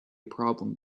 problem